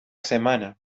semana